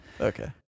okay